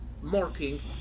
marking